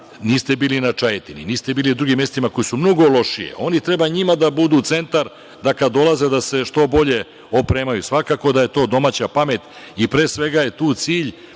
niste bili na Čajetini, niste bili u drugim mestima koja su mnogo lošije, oni treba njima da budu centar da kada dolaze da se što bolje opremaju. Svakako da je to domaća pamet i pre svega je tu cilj